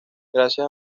gracias